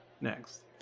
next